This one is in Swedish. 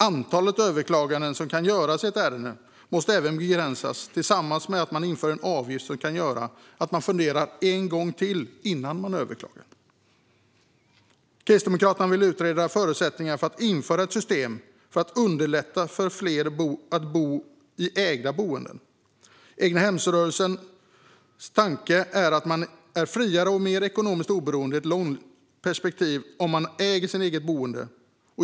Antalet överklaganden som kan göras i ett ärende måste också begränsas och en avgift införas som kan göra att man funderar en gång till innan man överklagar. Kristdemokraterna vill utreda förutsättningarna för att införa ett system för att underlätta för fler att bo i ägda boenden. Egnahemsrörelsens tanke är att man är friare och mer ekonomiskt oberoende i ett långt perspektiv om man äger sitt boende.